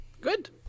Good